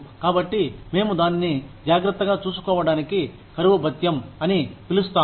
కాబట్టి మేము దానిని జాగ్రత్తగా చూసుకోవడానికి కరువు భత్యం అని పిలుస్తాము